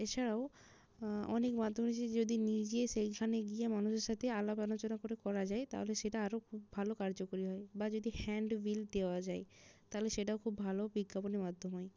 এছাড়াও অনেক মাধ্যম রয়েছে যদি নিজে সেইখানে গিয়ে মানুষের সাতে আলাপ আলোচনা করে করা যায় তাহলে সেটা আরো খুব ভালো কার্যকরী হয় বা যদি হ্যান্ড বিল দেওয়া যায় তাহলে সেটা খুব ভালো বিজ্ঞাপনের মাধ্যম হয়